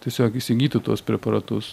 tiesiog įsigytų tuos preparatus